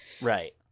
right